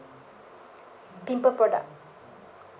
pimple product